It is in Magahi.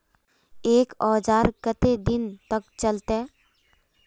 एक औजार केते दिन तक चलते?